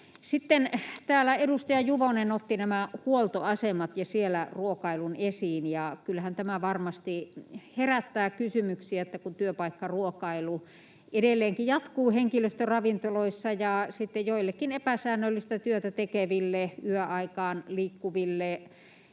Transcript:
Sitten täällä edustaja Juvonen otti esiin nämä huoltoasemat ja siellä ruokailun. Kyllähän tämä varmasti herättää kysymyksiä, kun työpaikkaruokailu edelleenkin jatkuu henkilöstöravintoloissa ja sitten joillekin epäsäännöllistä työtä tekeville, yöaikaan liikkuville,